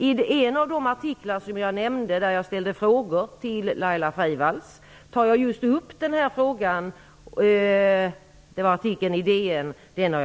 I en av de artiklarna - det var artikeln i DN - ställde jag denna fråga till Laila Freivalds. Jag har